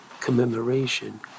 commemoration